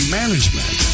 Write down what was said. management